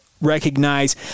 recognize